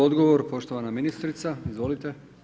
Odgovor, poštovana ministrica, izvolite.